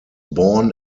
born